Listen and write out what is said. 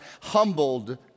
humbled